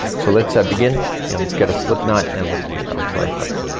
so let's begin and let's get a slipknot and let's put it onto our hook.